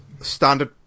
Standard